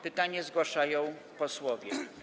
Pytania zgłaszają posłowie.